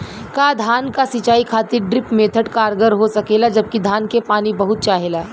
का धान क सिंचाई खातिर ड्रिप मेथड कारगर हो सकेला जबकि धान के पानी बहुत चाहेला?